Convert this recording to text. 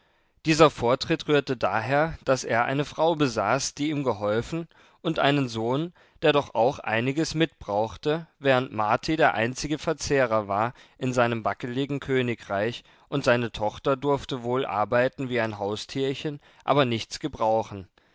dieser vortritt rührte daher daß er eine frau besaß die ihm geholfen und einen sohn der doch auch einiges mit brauchte während marti der einzige verzehrer war in seinem wackeligen königreich und seine tochter durfte wohl arbeiten wie ein haustierchen aber nichts gebrauchen